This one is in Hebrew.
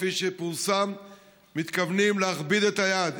כפי שפורסם הם מתכוונים להכביד את היד.